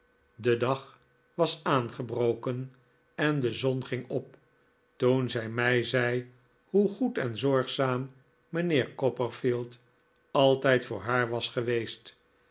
de dag was aangebroken en de zon ging op toen zij mij zei hoe goed en zorgzaam mijnheer copperfield altijd voor haar was geweest